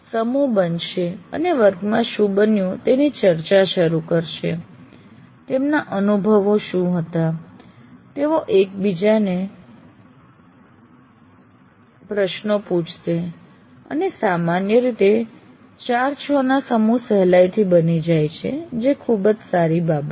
સમૂહ બનશે અને વર્ગમાં શું બન્યું તેની ચર્ચા શરૂ કરશે તેમના અનુભવો શું હતા તેઓ એકબીજાને પ્રશ્નો પૂછશે અને સામાન્ય રીતે 4 6 ના સમૂહ સહેલાઇથી બની જાય છે જે ખૂબ જ સારી બાબત છે